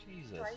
Jesus